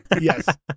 yes